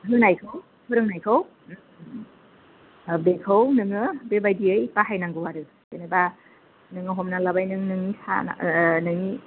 होनायखौ फोरोंनायखौ बेखौ नोङो बेबायदियै बाहायनांगौ आरो जेन'बा नोङो हमनानै लाबाय नों नोंनि नोंनि